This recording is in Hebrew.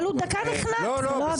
אבל הוא דקה נחנק, זה לא הגון.